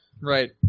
Right